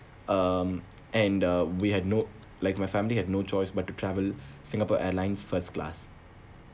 um and uh we had no like my family had no choice but to travel singapore airlines first class